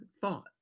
thought